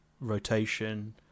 rotation